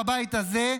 בבית הזה,